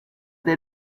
they